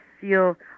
feel